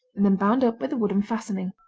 and then bound up with a wooden fastening.